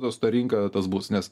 tas ta rinka tas bus nes